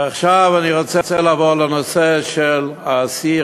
ועכשיו אני רוצה לעבור לנושא של האסיר